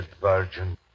virgin